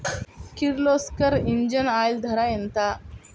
Kirloskar engine oil ధర ఎంత?